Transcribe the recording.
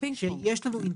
שיש לנו,